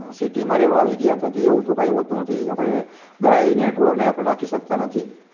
સિટીમાં રહેવા આવી ગયા તો એવું તો કંઈ હોતું નથી આપણે ગાયને ઢોરને આપણે રાખી શકતા નથી